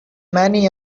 many